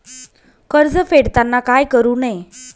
कर्ज फेडताना काय करु नये?